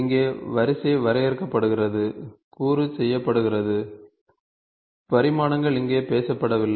இங்கே வரிசை வரையறுக்கப்படுகிறது கூறு செய்யப்படுகிறது பரிமாணங்கள் இங்கே பேசப்படவில்லை